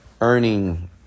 earning